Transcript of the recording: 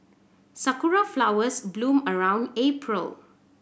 sakura flowers bloom around April